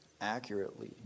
accurately